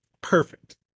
perfect